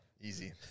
Easy